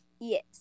Yes